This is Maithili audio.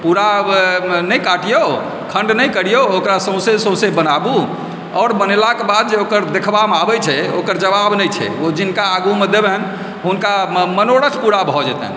पूरा नहि काटियो खण्ड नइ करियो ओकरा सौंसे सौंसे बनाबू आओर बनेलाक बाद जे ओकर देखबामे आबै छै ओकर जबाब नहि छै ओ जिनका आगूमे देबनि हुनका मनोरथ पूरा भऽ जेतैनि